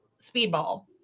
speedball